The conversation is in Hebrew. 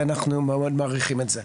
ואנחנו מאוד מעריכים את זה.